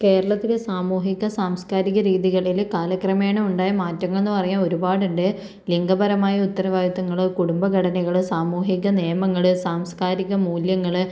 കേരളത്തിലെ സാമൂഹിക സാംസ്കാരിക രീതികളിൽ കാലക്രമേണ ഉണ്ടായ മാറ്റങ്ങൾ എന്ന് പറയാൻ ഒരുപാടുണ്ട് ലിംഗപരമായി ഉത്തരവാദിത്വങ്ങൾ കുടുംബ ഘടനകൾ സാമൂഹിക നിയമങ്ങൾ സാംസ്കാരിക മൂല്യങ്ങൾ